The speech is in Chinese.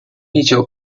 第九